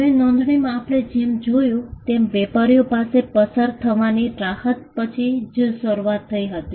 હવે નોંધણીમાં આપણે જેમ જોયું તેમ વેપારીઓ માટે પસાર થવાની રાહત પછી જ શરૂ થઈ હતી